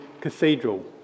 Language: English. cathedral